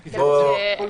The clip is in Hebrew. בבקשה.